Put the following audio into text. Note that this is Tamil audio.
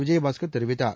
விஜயபாஸ்கர் தெரிவித்தார்